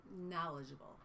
knowledgeable